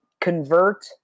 Convert